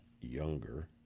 younger